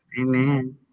Amen